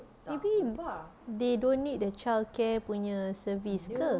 maybe they don't need the childcare punya service ke